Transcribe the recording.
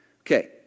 Okay